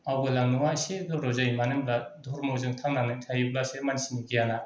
आवगाय लांनांगौवा एसे गोब्राब जायो मानो होनब्ला धरमजों थांनानै थायोब्लासो मानसिनि गियाना